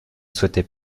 souhaitait